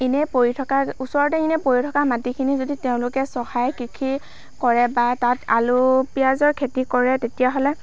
এনেই পৰি থকা ওচৰতে এনেই পৰি থকা মাটিখিনি যদি তেওঁলোকে চহাই কৃষি কৰে বা তাত আলু পিয়াঁজৰ খেতি কৰে তেতিয়াহ'লে